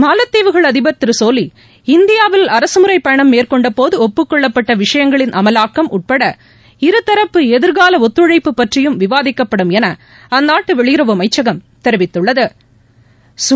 மாலத்தீவுகள் திருசோலிஹ் இந்தியாவில் அரசுமுறையயணம் அதிபர் மேற்கொண்டபோதுடுப்புக்கொள்ளப்பட்டவிஷயங்களின் அமலாக்கம் உட்பட இருதரப்பு எதிர்காலஒத்துழைப்பு பற்றியும் விவாதிக்க்ப்படும் எனஅந்நாட்டுவெளியுறவு அமைச்சம் தெரிவித்துள்து